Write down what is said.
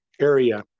area